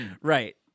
Right